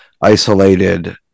isolated